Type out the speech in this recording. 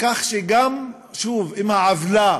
כך שגם, שוב, אם העוולה